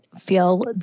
feel